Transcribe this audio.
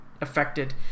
affected